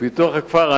פיתוח הכפר.